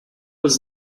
was